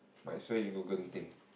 might as well you go Genting